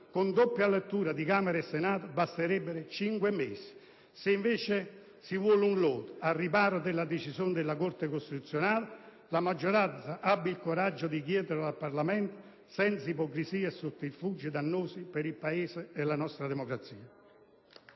con doppia lettura di Camera e Senato, basterebbero cinque mesi. Se invece si vuole un "lodo", al riparo dalla decisione della Corte costituzionale, la maggioranza abbia il coraggio di chiederlo al Parlamento, senza ipocrisie e sotterfugi dannosi per il Paese e la nostra democrazia.